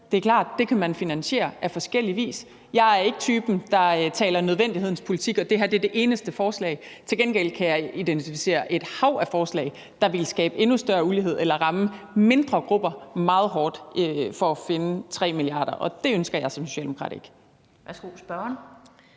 Det er klart, at man kan finansiere det på forskellig vis. Jeg er ikke typen, der taler om nødvendighedens politik, og at det her er det eneste forslag, der kan bruges, men til gengæld kan jeg identificere et hav af forslag, der ville skabe endnu større ulighed eller ramme mindre grupper meget hårdt i forsøget på at finde 3 mia. kr., og det ønsker jeg som socialdemokrat ikke.